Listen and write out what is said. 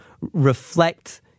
reflect